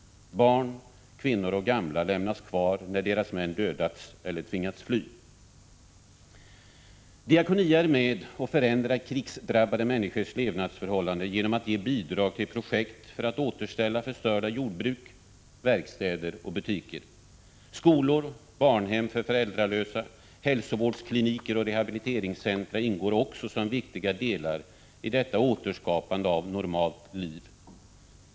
Barn, kvinnor och gamla lämnas kvar när deras män dödats eller tvingats fly. Diakonia är med och förändrar krigsdrabbade människors levnadsförhållanden genom att ge bidrag till projekt för att återställa förstörda jordbruk, verkstäder och butiker. Skolor, barnhem för föräldralösa, hälsovårdskliniker och rehabiliteringscentra ingår också som viktiga delar i detta återskapande av normalt liv.